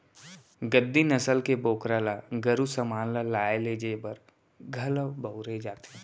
गद्दी नसल के बोकरा ल गरू समान ल लाय लेजे बर घलौ बउरे जाथे